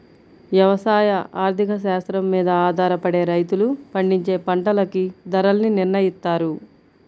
యవసాయ ఆర్థిక శాస్త్రం మీద ఆధారపడే రైతులు పండించే పంటలకి ధరల్ని నిర్నయిత్తారు